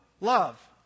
love